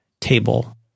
table